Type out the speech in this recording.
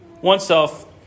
oneself